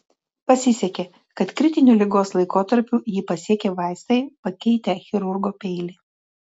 pasisekė kad kritiniu ligos laikotarpiu jį pasiekė vaistai pakeitę chirurgo peilį